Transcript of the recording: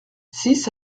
six